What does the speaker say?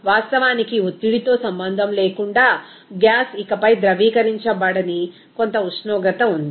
వాస్తవానికి ఒత్తిడితో సంబంధం లేకుండా గ్యాస్ ఇకపై ద్రవీకరించబడని కొంత ఉష్ణోగ్రత ఉంది